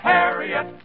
Harriet